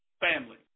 family